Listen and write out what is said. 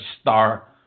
star